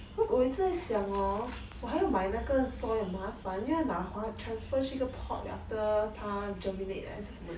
cause 我一直在想 hor 我还要买那个 soil 麻烦又要拿花 transfer 去一个 pot after 它 germinate 还是什么的